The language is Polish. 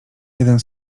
jeden